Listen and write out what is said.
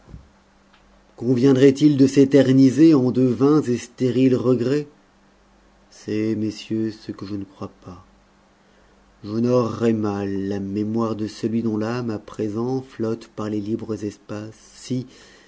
conviendrait-il de s'éterniser en de vains et stériles regrets c'est messieurs ce que je ne crois pas j'honorerais mal la mémoire de celui dont l'âme à présent flotte par les libres espaces si